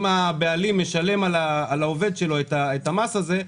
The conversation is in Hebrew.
אם הבעלים משלם על העובד שלו את המס הזה,